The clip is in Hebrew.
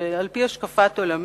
ועל-פי השקפת עולמי,